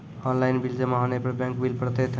Online bill जमा होने पर बैंक बिल पड़तैत हैं?